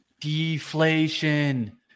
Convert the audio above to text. Deflation